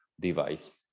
device